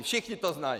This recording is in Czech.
Všichni to znají.